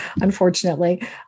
unfortunately